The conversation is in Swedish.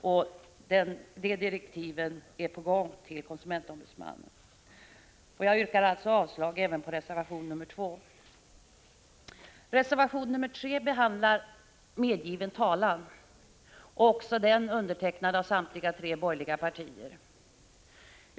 Sådana direktiv till konsumentombudsmannen är på gång. Jag yrkar avslag även på reservation nr 2. Reservation nr 3 behandlar medgiven talan och är också den avgiven av representanter för samtliga tre borgerliga partier.